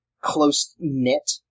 close-knit